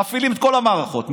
מפעילים את כל המערכות,